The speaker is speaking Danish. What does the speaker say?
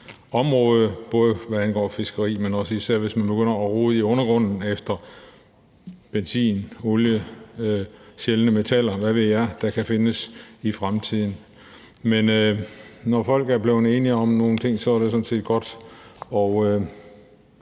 område, både hvad angår fiskeri, men især også hvis man begynder at rode i undergrunden efter olie og sjældne metaller, og hvad ved jeg, som kan findes i fremtiden. Men når folk er blevet enige om nogle ting, er det sådan set godt